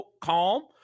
calm